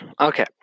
Okay